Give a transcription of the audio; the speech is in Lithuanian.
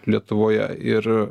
lietuvoje ir